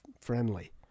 friendly